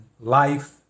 life